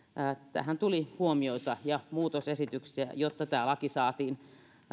tähän tuli huomioita ja muutosesityksiä jotta tämä laki saatiin